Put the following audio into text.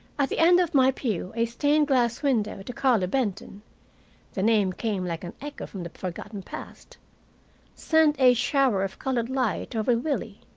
at the end of my pew a stained-glass window to carlo benton the name came like an echo from the forgotten past sent a shower of colored light over willie,